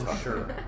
sure